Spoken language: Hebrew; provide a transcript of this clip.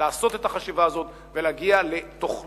לעשות את החשיבה הזאת ולהגיע לתוכנית